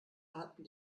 hatten